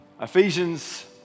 Ephesians